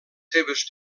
seves